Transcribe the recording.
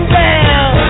down